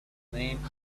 name